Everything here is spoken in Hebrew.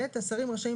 (ב) השרים רשאים,